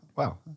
Wow